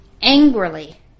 Angrily